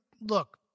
look